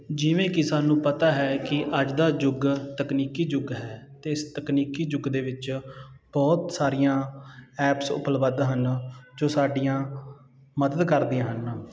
ਜਿਵੇਂ ਕਿ ਸਾਨੂੰ ਪਤਾ ਹੈ ਕਿ ਅੱਜ ਦਾ ਯੁੱਗ ਤਕਨੀਕੀ ਯੁੱਗ ਹੈ ਅਤੇ ਇਸ ਤਕਨੀਕੀ ਯੁੱਗ ਦੇ ਵਿੱਚ ਬਹੁਤ ਸਾਰੀਆਂ ਐਪਸ ਉਪਲੱਬਧ ਹਨ ਜੋ ਸਾਡੀਆਂ ਮਦਦ ਕਰਦੀਆਂ ਹਨ